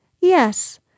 Yes